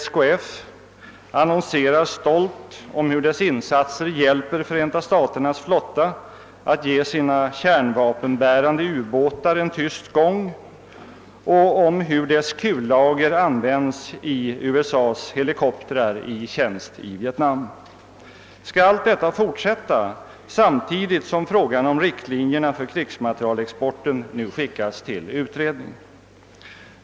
SKF annonserar stolt om hur dessa insatser hjälper Förenta staternas flotta att ge sina kärnvapenbärande ubåtar en tyst gång och om hur dess kullager används för USA:s helikoptrar i tjänst i Vietnam. Skall detta fortsätta samtidigt som frågan om riktlinjerna för krigsmaterielexporten nu skickas till utredning?